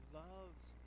loves